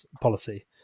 policy